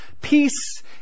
peace